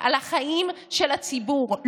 על החיים של הציבור.